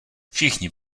všichni